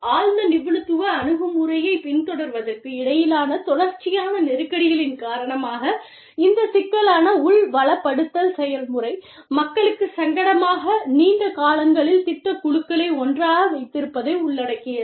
ஆழ்ந்த நிபுணத்துவ அணுகுமுறையைப் பின்தொடர்வதற்கு இடையிலான தொடர்ச்சியான நெருக்கடிகளின் காரணமாக இந்த சிக்கலான உள் வளப்படுத்தல் செயல்முறை மக்களுக்கு சங்கடமாக இருக்கும் நீண்ட காலங்களில் திட்டக் குழுக்களை ஒன்றாக வைத்திருப்பதை உள்ளடக்கியது